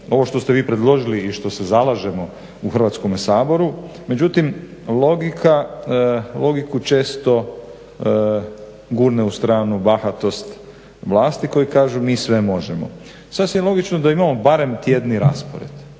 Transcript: ovo što ste vi predložili i što se zalažemo u Hrvatskom saboru, međutim logiku često gurne u stranu bahatost vlasti koji kažu mi sve možemo. Sasvim logično da imamo barem tjedni raspored,